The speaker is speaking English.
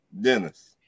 Dennis